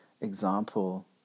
example